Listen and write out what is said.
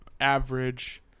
average